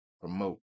promote